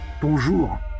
Bonjour